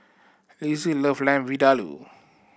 Lissie love Lamb Vindaloo